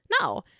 No